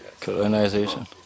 Colonization